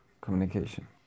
communication